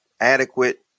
adequate